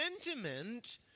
sentiment